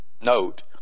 note